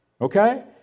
okay